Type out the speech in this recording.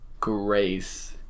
Grace